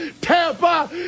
Tampa